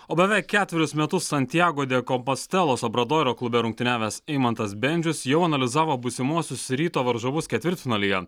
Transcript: o beveik ketverius metus santjago dekompastelo sobradoro klube rungtyniavęs eimantas bendžius jau analizavo būsimuosius ryto varžovus ketvirtfinalyje